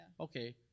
Okay